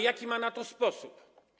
Jaki ma na to sposób?